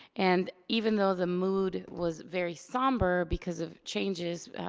and even though the mood was very somber because of changes,